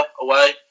away